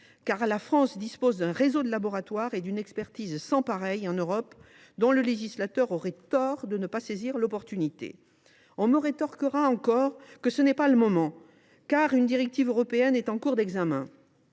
La France dispose d’un réseau de laboratoires et d’une expertise sans pareil en Europe, que le législateur aurait tort de ne pas utiliser. On me rétorquera encore que ce n’est pas le moment, car une directive européenne est en cours d’examen.